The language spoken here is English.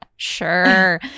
Sure